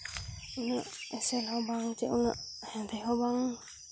ᱩᱱᱟᱹᱜ ᱮᱥᱮᱞ ᱦᱚᱸ ᱵᱟᱝ ᱥᱮ ᱩᱱᱟᱹᱜ ᱦᱮᱸᱫᱮ ᱦᱚᱸ ᱵᱟᱝ